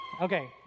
Okay